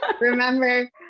remember